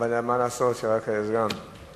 אבל מה לעשות שרק סגן יכול.